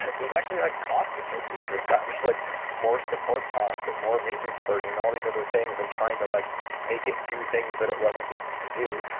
there's actually like cost associated with that. there's like more support cost and more maintenance burden and all these other things and trying to like make it do things that it wasn't designed to do.